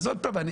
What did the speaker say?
אז עוד פעם,